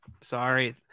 Sorry